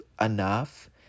enough